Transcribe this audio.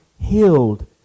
healed